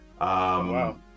Wow